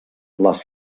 les